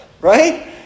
right